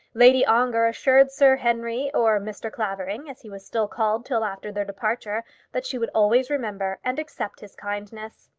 lady ongar assured sir henry, or mr. clavering, as he was still called till after their departure that she would always remember and accept his kindness.